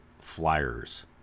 flyers